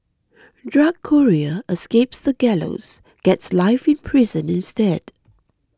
drug courier escapes the gallows gets life in prison instead